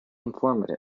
informative